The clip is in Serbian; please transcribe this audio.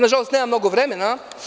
Nažalost, nemam mnogo vremena.